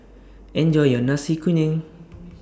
Enjoy your Nasi Kuning